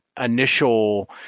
initial